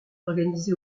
organisé